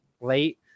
late